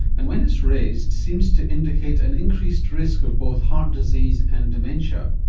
and when it's raised seems to indicate an increased risk of both heart disease and dementia.